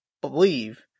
believe